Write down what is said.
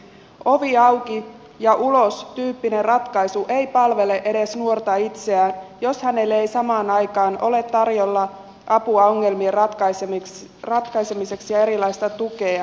ovi auki ja ulos tyyppinen ratkaisu ei palvele edes nuorta itseään jos hänelle ei samaan aikaan ole tarjolla apua ongelmien ratkaisemiseksi ja erilaista tukea